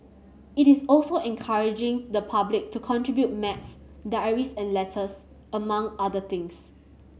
it is also encouraging the public to contribute maps diaries and letters among other things